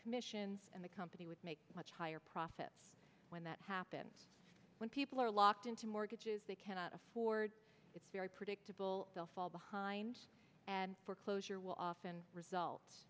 commissions and the company would make much higher profits when that happens when people are locked into mortgages they cannot afford it's very predictable they'll fall behind and foreclosure will often